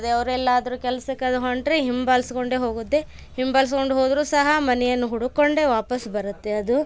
ಅದೆ ಅವ್ರೆಲ್ಲಾದ್ರು ಕೆಲ್ಸಕ್ಕಂದು ಹೊರ್ಟ್ರೆ ಹಿಂಬಾಲ್ಸ್ಕೊಂಡು ಹೋಗುತ್ತೆ ಹಿಂಬಾಲ್ಸ್ಕೊಂಡು ಹೋದರು ಸಹ ಮನೆಯನ್ನ ಹುಡುಕ್ಕೊಂಡೆ ವಾಪಾಸ್ಸು ಬರುತ್ತೆ ಅದು